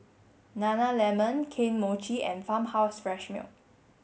Nana Lemon Kane Mochi and Farmhouse Fresh Milk